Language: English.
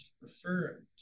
prefer